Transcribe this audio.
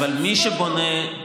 מי שבונה,